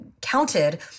counted